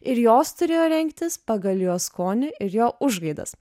ir jos turėjo rengtis pagal jo skonį ir jo užgaidas